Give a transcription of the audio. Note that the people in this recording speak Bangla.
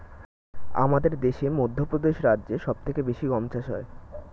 আমাদের দেশে মধ্যপ্রদেশ রাজ্যে সব থেকে বেশি গম চাষ হয়